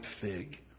fig